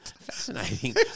Fascinating